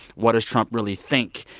what does trump really think?